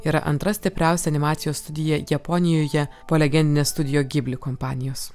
yra antra stipriausia animacijos studija japonijoje po legendinės studio gibli kompanijos